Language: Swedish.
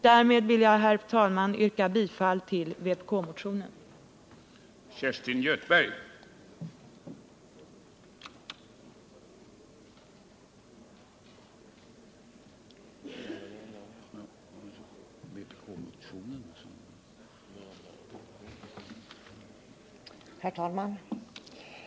Därmed vill jag, herr talman, yrka bifall till vpk-motionerna, dvs. 729, 2301 och 2654.